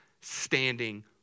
standing